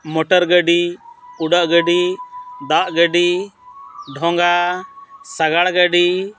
motor ᱜᱟᱹᱰᱤ ᱩᱰᱟᱹᱜ ᱜᱟᱹᱰᱤ ᱫᱟᱜ ᱜᱟᱹᱰᱤ ᱰᱷᱚᱸᱜᱟ ᱥᱟᱜᱟᱲ ᱜᱟᱹᱰᱤ